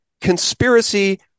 conspiracy